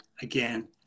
again